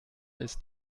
ist